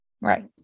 Right